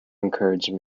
encouraged